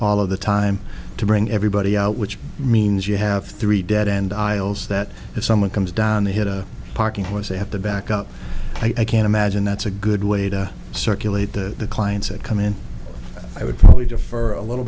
all of the time to bring everybody out which means you have three dead end aisles that if someone comes down to hit a parking which they have to back up i can imagine that's a good way to circulate the clients that come in i would probably defer a little